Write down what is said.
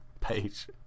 page